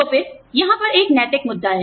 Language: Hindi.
तो फिर यहां पर एक नैतिक मुद्दा है